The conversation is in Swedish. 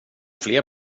fler